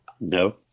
No